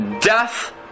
death